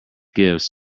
gifts